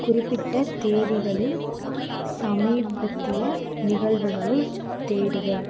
குறிப்பிட்ட தேதிகளில் சமீபத்திய நிகழ்வுகளைத் தேடுதல்